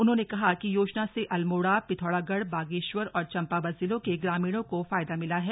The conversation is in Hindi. उन्होंने कहा कि योजना से अल्मोड़ा पिथौरागढ़ बागेश्वर और चम्पावत जिलों के ग्रामीणों को फायदा मिला है